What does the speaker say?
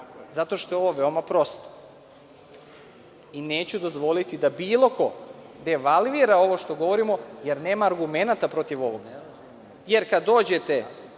zato što je ovo veoma prosto i neću dozvoliti da bilo ko devalvira ovo što govorimo, jer nema argumenata protiv ovoga. Kada dođete